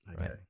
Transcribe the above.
right